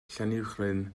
llanuwchllyn